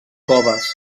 coves